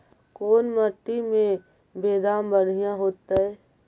कोन मट्टी में बेदाम बढ़िया होतै?